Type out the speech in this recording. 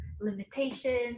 limitations